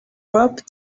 rope